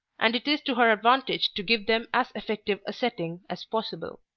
and it is to her advantage to give them as effective a setting as possible.